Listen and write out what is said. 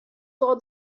saw